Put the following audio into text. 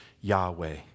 Yahweh